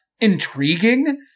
intriguing